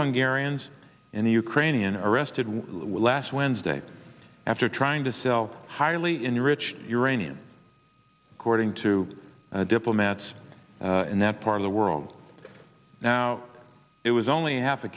hungary and in the ukrainian arrested last wednesday after trying to sell highly enriched uranium according to the diplomats in that part of the world now it was only half